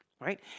right